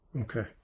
Okay